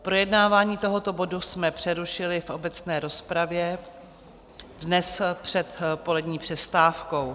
Projednávání tohoto bodu jsme přerušili v obecné rozpravě dnes před polední přestávkou.